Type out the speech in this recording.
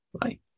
bye